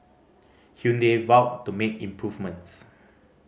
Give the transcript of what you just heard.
Hyundai vowed to make improvements